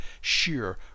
sheer